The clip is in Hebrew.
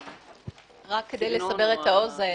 רק כדי לסבר את האוזן,